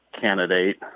candidate